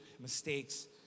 mistakes